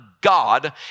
God